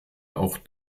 auch